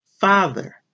Father